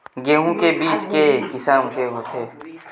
गेहूं के बीज के किसम के होथे?